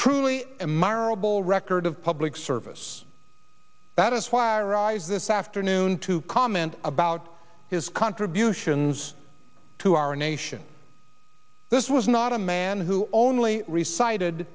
bowl record of public service that is why i rise this afternoon to comment about his contributions to our nation this was not a man who only re cited